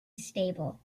stable